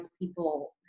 people